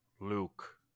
Luke